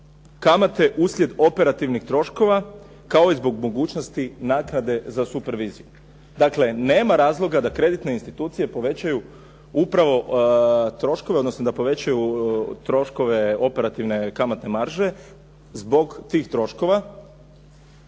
kamate uslijed operativnih troškova kao i zbog mogućnosti naknade za superviziju. Dakle, nema razloga da kreditne institucije povećaju upravo troškove, odnosno da povećaju troškove operativne kamatne marže zbog tih troškova